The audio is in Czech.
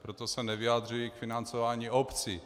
Proto se nevyjadřuji k financování obcí.